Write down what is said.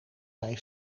hij